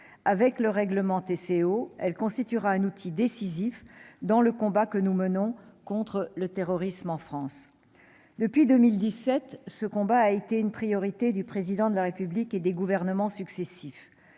Avec le règlement (TCO), elle constituera un outil décisif dans le combat que nous menons contre le terrorisme en France. Depuis 2017, ce combat a été une priorité du Président de la République et des gouvernements successifs.